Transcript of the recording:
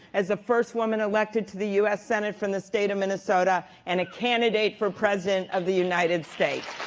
as the first woman elected to the us senate from the state of minnesota, and a candidate for president of the united states.